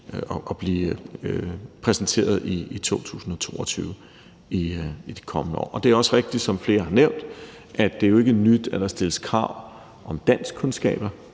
og præsenteret i 2022. Det er også rigtigt, som flere har nævnt, at det jo ikke er nyt, at der stilles krav om danskkundskaber